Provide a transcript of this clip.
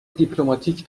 دیپلماتیک